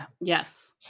Yes